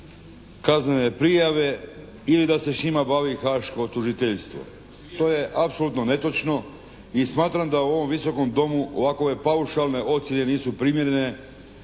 kaznene prijave ili da se s njima bavi haško tužiteljstvo. To je apsolutno netočno i smatram da u ovom Visokom domu ovakove paušalne ocjene nisu primjerene,